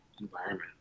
environment